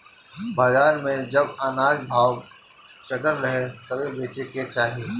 बाजार में जब अनाज भाव चढ़ल रहे तबे बेचे के चाही